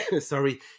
Sorry